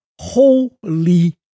Holy